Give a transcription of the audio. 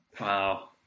Wow